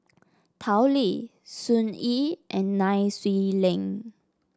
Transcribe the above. Tao Li Sun Yee and Nai Swee Leng